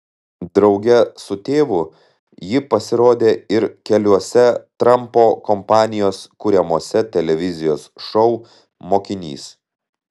drauge su tėvu ji pasirodė ir keliuose trampo kompanijos kuriamuose televizijos šou mokinys